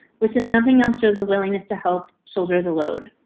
which is nothing else shows a willingness to help shoulder the load.